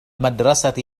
المدرسة